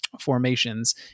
formations